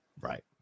right